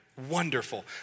Wonderful